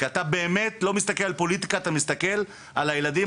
כי אתה לא מסתכל על פוליטיקה אלא על טובת הילדים.